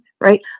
right